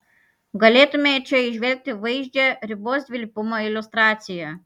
galėtume čia įžvelgti vaizdžią ribos dvilypumo iliustraciją